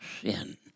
sin